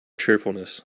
cheerfulness